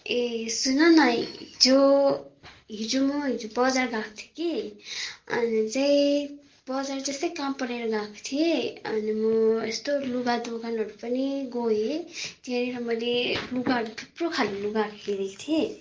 ए सुन न हिजो हिजो म हिजो बजार गएको थिएँ कि अन्त चाहिँ बजार त्यस्तै काम परेर गएको थिएँ अनि म यस्तो लुगा दोकानहरू पनि गएँ त्यहाँनिर मैले लुगाहरू थुप्रो खाले लुगाहरू हेरेको थिएँ